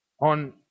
on